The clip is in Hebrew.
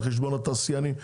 על חשבון התעשיינים.